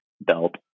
belt